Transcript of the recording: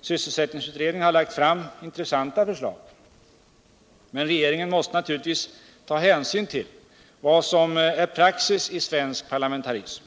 Sysselsättningsutredningen har lagt fram intressanta förslag. Men regeringen måste naturligtvis ta hänsyn till vad som är praxis i svensk parlamentarism.